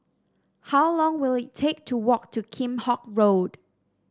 how long will it take to walk to Kheam Hock Road